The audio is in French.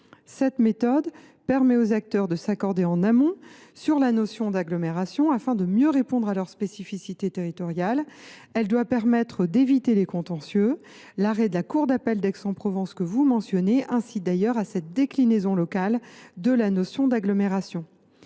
Cette méthode permet aux acteurs de s’accorder en amont sur la notion d’agglomération, afin de mieux répondre à leurs spécificités territoriales. Elle doit permettre d’éviter les contentieux ; l’arrêt de la cour d’appel d’Aix en Provence que vous mentionniez incite d’ailleurs à cette déclinaison locale de la notion d’agglomération.